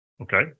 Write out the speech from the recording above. Okay